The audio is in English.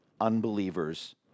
unbelievers